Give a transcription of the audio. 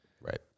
right